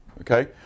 Okay